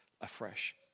afresh